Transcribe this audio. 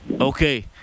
Okay